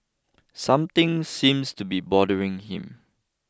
something seems to be bothering him